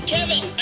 Kevin